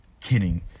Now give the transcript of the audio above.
kidding